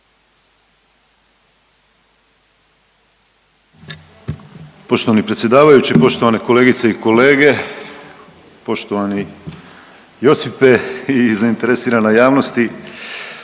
Poštovani predsjedavajući, poštovane kolegice i kolege, poštovani Josipe i zainteresirana javnosti.